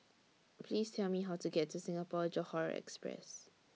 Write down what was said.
Please Tell Me How to get to Singapore Johore Express